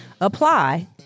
apply